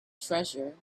treasure